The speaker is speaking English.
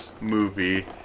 movie